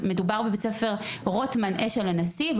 מדובר בבית ספר רוטמן אשל הנשיא,